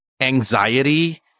anxiety